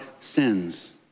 sins